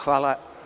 Hvala.